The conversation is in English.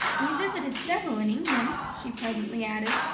we visited several in england, she presently added.